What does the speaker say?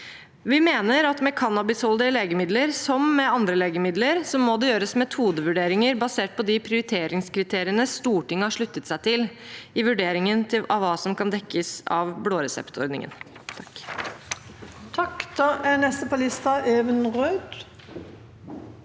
Vi mener at med cannabisholdige legemidler, som med andre legemidler, må det gjøres metodevurderinger basert på de prioriteringskriteriene Stortinget har sluttet seg til i vurderingen av hva som kan dekkes av blå resept-ordningen.